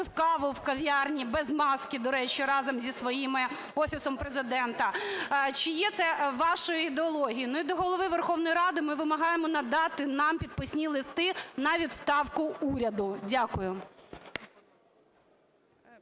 пив каву в кав'ярні (без маски, до речі) разом зі своїм Офісом Президента. Чи є це вашою ідеологією? Ну, і до Голови Верховної Ради. Ми вимагаємо надати нам підписні листи на відставку уряду. Дякую.